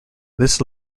this